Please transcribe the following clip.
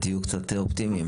תהיו קצת אופטימיים,